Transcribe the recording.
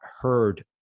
heard